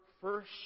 First